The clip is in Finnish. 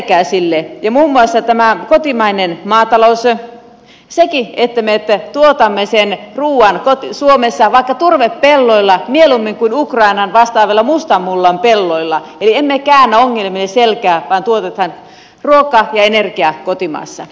muun muassa on tämä kotimainen maatalous sekin että me tuotamme ruuan suomessa vaikka turvepelloilla mieluummin kuin ukrainan vastaavalla mustan mullan pelloilla eli emme käännä ongelmille selkää vaan tuotamme ruuan ja energian kotimaassa